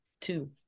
two